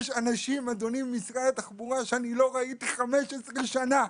אדוני ממשרד התחבורה, יש אנשים שלא ראיתי 15 שנה,